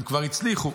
הם כבר הצליחו.